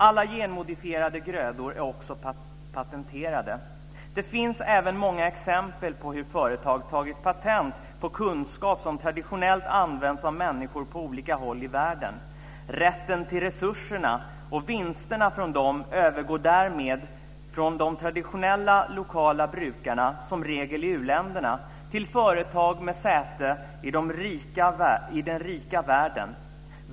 Alla genmodifierade grödor är också patenterade. Det finns även många exempel på hur företag tagit patent på kunskap som traditionellt använts av människor på olika håll i världen. Rätten till resurserna, och vinsterna från dem, övergår därmed från de traditionella lokala brukarna, som regel i uländerna, till företag med säte i den rika världen.